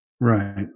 Right